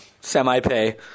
semi-pay